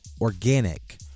Organic